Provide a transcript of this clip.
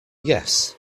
yes